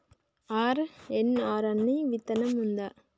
RNR అనే విత్తనం ఉందా?